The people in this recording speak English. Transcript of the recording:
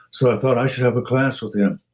so i thought i should have a class with him.